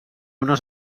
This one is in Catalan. unes